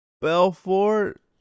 Belfort